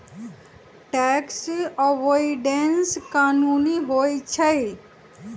tax avoidance कानूनी होइ छइ